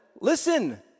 listen